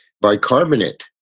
bicarbonate